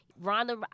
Ronda